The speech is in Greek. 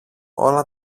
όλα